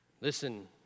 Listen